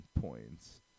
points